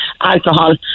alcohol